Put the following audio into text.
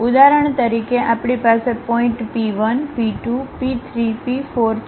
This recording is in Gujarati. ઉદાહરણ તરીકે આપણી પાસે પોઇન્ટપી 1 p 2 p 3 p 4 છે